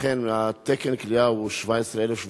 אכן, תקן כליאה הוא 17,700,